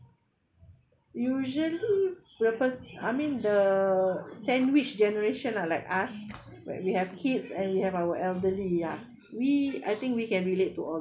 usually purpose I mean the sandwich generation lah like us when we have kids and we have our elderly ya we I think we can relate to all